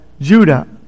Judah